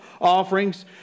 offerings